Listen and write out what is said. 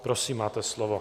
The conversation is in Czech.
Prosím, máte slovo.